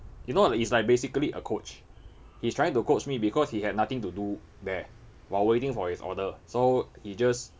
you know it's like basically a coach he's trying to coach me because he had nothing to do there while waiting for his order so he just